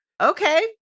Okay